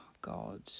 God